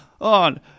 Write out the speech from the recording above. on